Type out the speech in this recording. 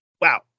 wow